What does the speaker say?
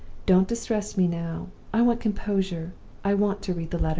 don't distress me now. i want composure i want to read the letter